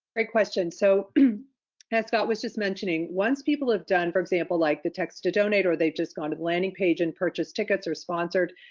great question, so as scott was just mentioning once people have done for example, like the text to donate, or they've just gone to landing page and purchased tickets or sponsored,